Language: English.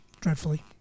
dreadfully